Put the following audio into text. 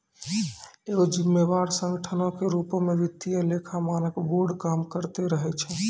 एगो जिम्मेवार संगठनो के रुपो मे वित्तीय लेखा मानक बोर्ड काम करते रहै छै